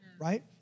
right